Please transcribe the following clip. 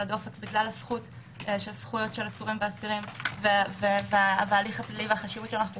הדופק בגלל הזכויות של עצורים ואסירים וההליך הפלילי והחשיבות שאנחנו